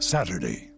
Saturday